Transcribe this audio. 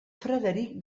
frederic